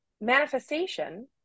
manifestation